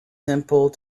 simple